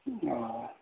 ह्म्म